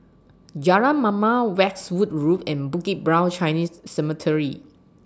Jalan Mamam Westwood Road and Bukit Brown Chinese Cemetery